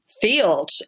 field